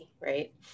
right